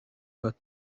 but